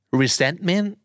resentment